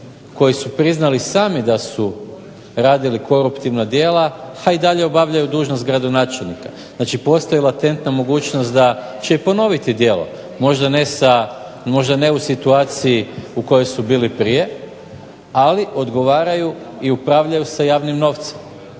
koji su priznali sami da su radili koruptivna djela, a i dalje obavljaju dužnost gradonačelnika. Znači postoji latentna mogućnost da će ponoviti djelo, možda ne u situaciji u kojoj su bili prije, ali odgovaraju i upravljaju sa javnim novcima